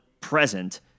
present